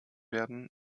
werden